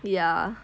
ya